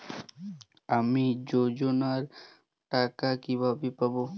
আমি যোজনার টাকা কিভাবে পাবো?